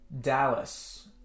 Dallas